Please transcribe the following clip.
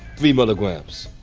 three milligrams.